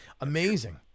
Amazing